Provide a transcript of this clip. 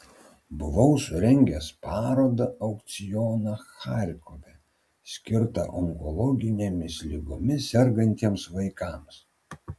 buvau surengęs parodą aukcioną charkove skirtą onkologinėmis ligomis sergantiems vaikams